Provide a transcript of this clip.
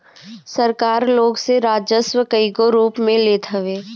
सरकार लोग से राजस्व कईगो रूप में लेत हवे